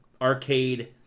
arcade